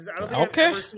okay